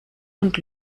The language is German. und